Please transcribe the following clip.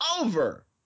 over